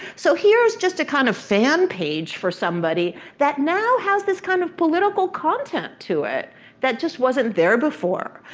so here is just a kind of fan page for somebody that now has this kind of political content to it that just wasn't there before,